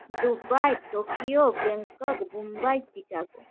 Dubai Tokyo Bangkok Mumbai Chicago